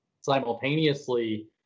Simultaneously